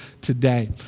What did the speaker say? today